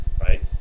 right